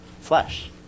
flesh